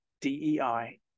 DEI